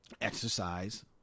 exercise